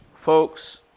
Folks